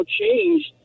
changed